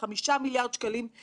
הבנו שמדובר באתגר כבד,